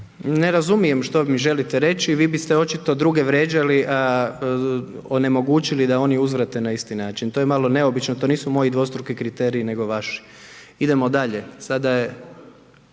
Ne razumijem što mi želite reći, vi biste očito druge vrijeđali a onemogućili da oni uzvrate na isti način. To je malo neobično, to nisu moji dvostruki kriteriji nego vaši. Idemo dalje,